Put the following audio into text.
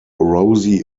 rosie